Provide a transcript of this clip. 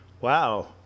wow